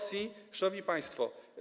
Szanowni Państwo!